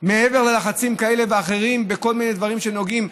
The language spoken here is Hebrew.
מעבר ללחצים כאלה ואחרים, בכל מיני דברים שנוגעים.